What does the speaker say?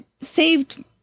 saved